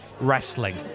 wrestling